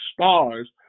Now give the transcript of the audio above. stars